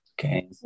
Okay